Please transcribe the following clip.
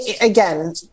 again